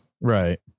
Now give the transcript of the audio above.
right